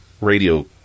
radio